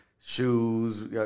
shoes